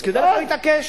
אז כדאי לך להתעקש.